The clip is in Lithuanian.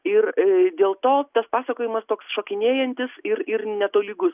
ir dėl to tas pasakojimas toks šokinėjantis ir ir netolygus